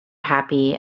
happy